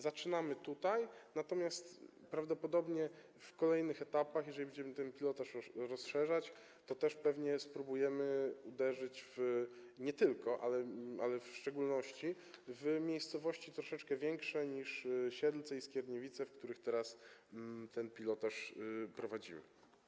Zaczynamy tutaj, natomiast prawdopodobnie w kolejnych etapach, jeżeli będziemy ten pilotaż rozszerzać, to też pewnie spróbujemy uderzyć w szczególności w miejscowości troszeczkę większe niż Siedlce i Skierniewice, w których teraz ten pilotaż prowadzimy.